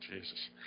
Jesus